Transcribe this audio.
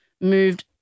moved